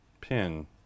Pin